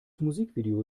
musikvideo